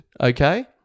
Okay